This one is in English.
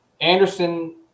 Anderson